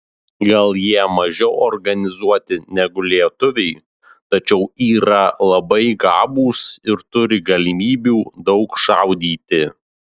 gal jie mažiau organizuoti negu lietuviai tačiau yra labai gabūs ir turi galimybių daug šaudyti